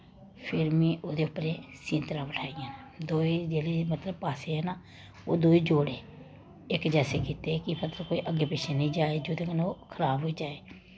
फिर में ओह्दे उप्परे सींतरां बड़ाईयां नै दोऐ जिसले पास्से हैना ओह् दोऐ जोड़े इक जैसे कीते कि मतलव कि अग्गे पिच्छें निं जाए जेह्दे कन्ने ओह् खराब होई जाए